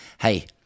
Hey